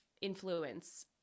influence